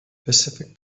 pacific